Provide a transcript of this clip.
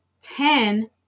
ten